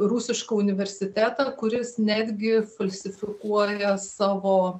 rusišką universitetą kuris netgi falsifikuoja savo